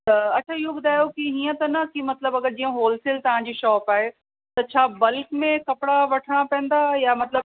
त अच्छा इहो ॿुधायो कि हीअं त न कि मतिलबु अगरि जीअं होलसेल तव्हां जी शॉप आहे त छा बल्क में कपिड़ा वठिणा पईंदा या मतिलबु